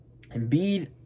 Embiid